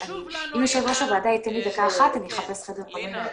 אם יושב ראש הוועדה ייתן לי דקה אחת אני אחפש חדר פנוי.